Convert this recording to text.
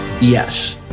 Yes